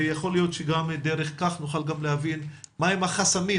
ויכול להיות שגם דרך כך נוכל להבין מה החסמים